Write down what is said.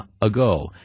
ago